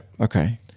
Okay